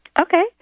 Okay